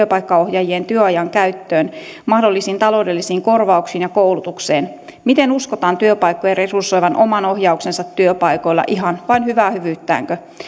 työpaikkaohjaajien työajan käyttöön mahdollisiin taloudellisiin korvauksiin ja koulutukseen miten uskotaan työpaikkojen resursoivan oman ohjauksensa työpaikoilla ihan vain hyvää hyvyyttäänkö